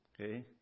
Okay